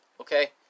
okay